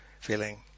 feeling